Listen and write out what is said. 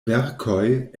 verkoj